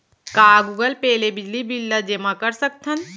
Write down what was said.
का Google pay ले बिजली बिल ल जेमा कर सकथन?